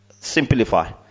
simplify